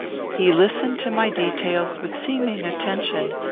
he listened to my details with seeming attention,